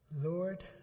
Lord